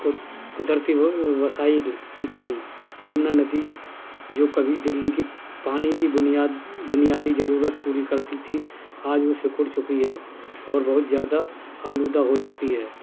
قدرتی وسائل کی کمی یمنا ندی جو کبھی دلی کی پانی کی بنیاد بنیادی ضرورت پوری کرتی تھی آج وہ سکڑ چکی ہے اور بہت زیادہ آلودہ ہو چکی ہے